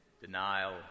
denial